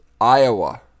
Iowa